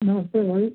नमस्ते भाई